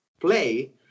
play